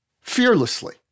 fearlessly